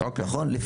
איך יש היום הפרדה?